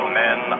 men